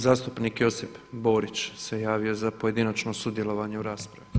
Zastupnik Josip Borić se javio za pojedinačno sudjelovanje u raspravi.